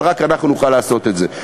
אבל רק אנחנו נוכל לעשות את זה.